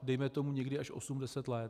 Dejme tomu někdy až osm deset let.